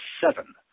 seven